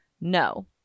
no